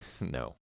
No